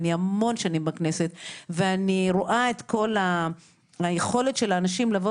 ואני המון שנים בכנסת ואני רואה את כל היכולת של האנשים לבוא